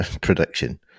prediction